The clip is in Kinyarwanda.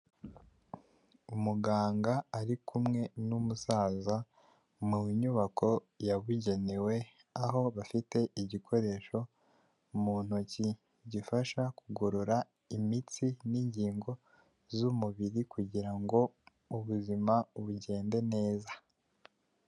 Umuganga ari kumwe n'umusaza mu nyubako yabugenewe aho bafite igikoresho mu ntoki gifasha kugorora imitsi n'ingingo z'umubiri kugira ngo ubuzima bugende neza.